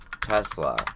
Tesla